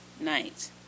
night